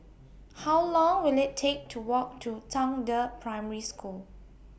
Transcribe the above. How Long Will IT Take to Walk to Zhangde Primary School